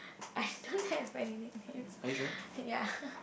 I don't have any nicknames ya